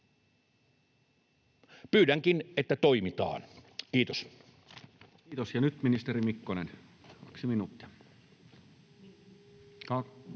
Pyydänkin, että toimitaan. — Kiitos.